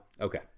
Okay